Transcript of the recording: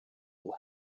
will